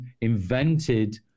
invented